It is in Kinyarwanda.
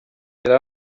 yari